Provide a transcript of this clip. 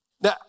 Now